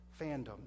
fandom